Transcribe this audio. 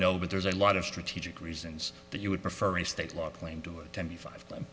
know but there's a lot of strategic reasons that you would prefer a state law claim doing twenty five